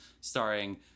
starring